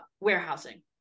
warehousing